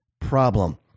problem